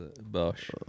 Bosh